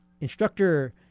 instructor